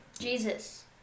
Jesus